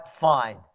fine